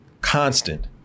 constant